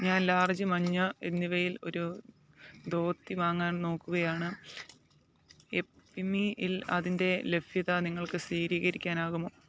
ഞാൻ ലാർജ് മഞ്ഞ എന്നിവയിൽ ഒരു ധോതി വാങ്ങാൻ നോക്കുകയാണ് യെപ് മിയിൽ അതിൻ്റെ ലഭ്യത നിങ്ങൾക്ക് സ്ഥിരീകരിക്കാനാകുമോ